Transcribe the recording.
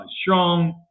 strong